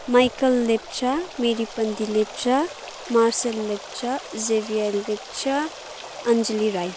Michael Lepcha Miripandi Lepcha Marshal Lepcha Xavier Lepcha Anjali Rai